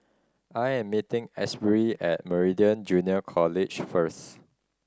I'm meeting Asbury at Meridian Junior College first